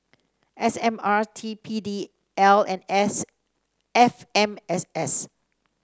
S M R T P D L and S F M S S